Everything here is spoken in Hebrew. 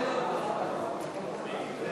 לתיקון פקודת העיריות (מס' 134),